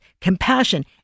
compassion